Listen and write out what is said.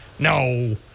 No